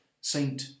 Saint